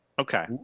Okay